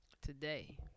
today